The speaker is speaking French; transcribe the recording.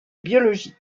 biologie